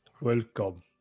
Welcome